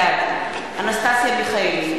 בעד אנסטסיה מיכאלי,